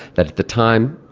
that at the time,